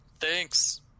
Thanks